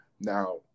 Now